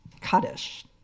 Kaddish